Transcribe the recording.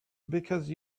because